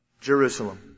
Jerusalem